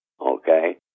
okay